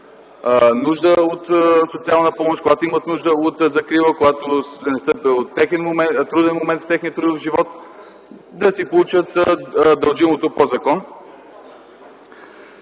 нужда от социална помощ, когато имат нужда от закрила, когато е настъпил труден момент в техния трудов живот, да си получат дължимото по закон.